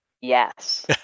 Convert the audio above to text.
Yes